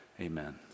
Amen